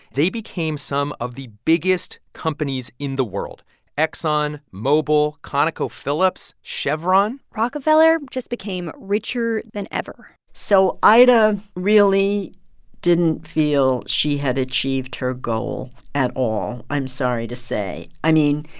they became some of the biggest companies in the world exxon, mobil, conocophillips, chevron rockefeller just became richer than ever so ida really didn't feel she had achieved her goal at all, i'm sorry to say. i mean,